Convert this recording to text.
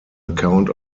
account